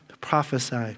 prophesy